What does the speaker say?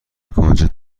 کنجد